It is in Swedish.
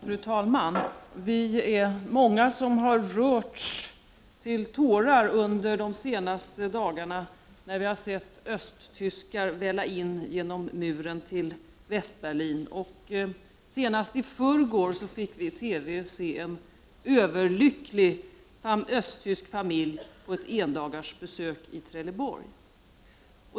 Fru talman! Vi är många som har rörts till tårar under de senaste dagarna, när vi har sett östtyskar välla in genom muren till Västberlin. Senast i förrgår fick vi i TV se en överlycklig östtysk familj på ett endagsbesök i Trelleborg.